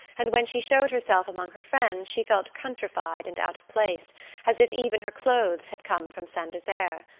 and when she showed herself among her friends she felt countrified and out-of-place, as if even her clothes had come from saint desert.